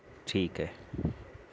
ٹھیک ہے